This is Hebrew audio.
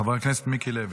חבר הכנסת מיקי לוי.